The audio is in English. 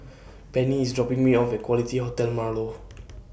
Penni IS dropping Me off At Quality Hotel Marlow